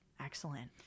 Excellent